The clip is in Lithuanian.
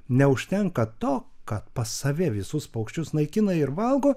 neužtenka to kad pas save visus paukščius naikina ir valgo